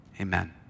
amen